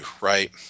right